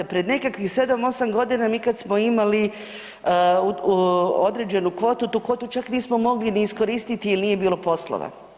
Pred nekakvih 7,8 godina, mi kad smo imali određenu kvotu, tu kvotu čak nismo mogli iskoristiti jer nije bilo poslova.